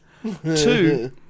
Two